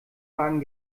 wagen